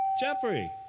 Jeffrey